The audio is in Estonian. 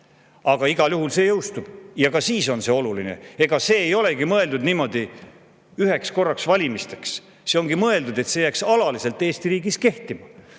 Aga igal juhul see jõustub ja ka siis on see oluline. Ega see ei olegi mõeldud valimistel niimoodi üheks korraks. Ongi mõeldud nii, et see jääks alaliselt Eesti riigis kehtima.